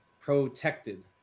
protected